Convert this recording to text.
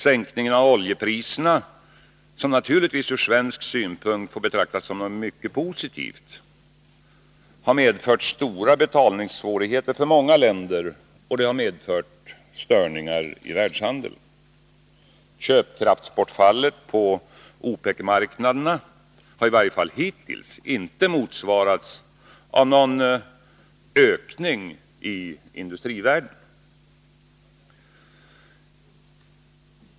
Sänkningen av oljepriserna, som naturligtvis från svensk synpunkt får betraktas som något mycket positivt, har medfört stora betalningssvårigheter för många länder, och detta har medfört störningar i handeln. Köpkraftsbortfallet på OPEC-marknaderna har i varje fall hittills inte motsvarats av någon ökning i industrivärlden.